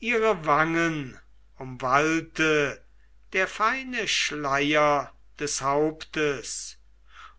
ihre wangen umwallte der feine schleier des hauptes